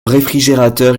réfrigérateur